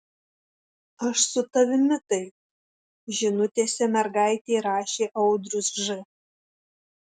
aš su tavimi taip žinutėse mergaitei rašė audrius ž